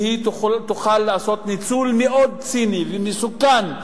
והיא תוכל לעשות ניצול מאוד ציני ומסוכן,